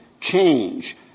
change